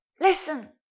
listen